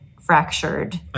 fractured